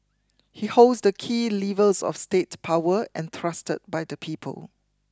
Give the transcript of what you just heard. he holds the key levers of state power entrusted by the people